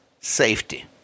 Safety